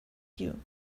you